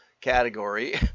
category